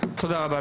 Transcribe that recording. תודה רבה.